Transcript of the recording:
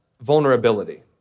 vulnerability